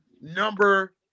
number